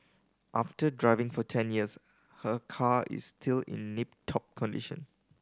after driving for ten years her car is still in nip top condition